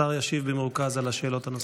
השר ישיב במרוכז על השאלות הנוספות.